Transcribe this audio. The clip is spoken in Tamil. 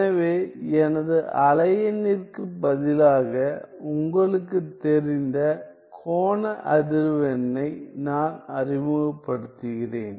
எனவே எனது அலை எண்ணிற்குப்பதிலாக உங்களுக்குத் தெரிந்த கோண அதிர்வெண்ணை நான் அறிமுகப்படுத்துகிறேன்